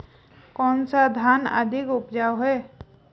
कौन सा धान अधिक उपजाऊ है?